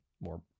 more